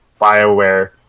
BioWare